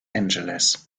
angeles